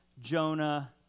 Jonah